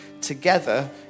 together